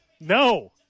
No